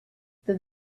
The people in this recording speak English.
their